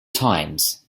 times